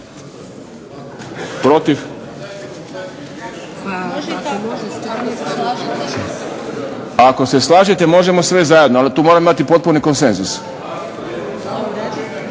Protiv? Ako se slažete možemo sve zajedno, ali tu moramo imati potpuni konsenzus.